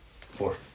Four